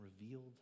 revealed